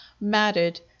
matted